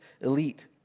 elite